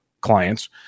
clients